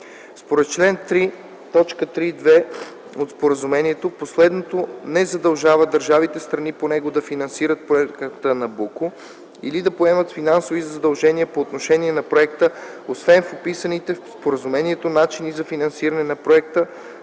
Според чл. 3, т. 3.2 от Споразумението, последното не задължава държавите, страни по него, да финансират Проекта „Набуко” или да поемат финансови задължения по отношение на Проекта. Освен описаните в Споразумението начини за финансиране на Проекта